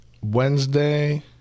Wednesday